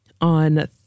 on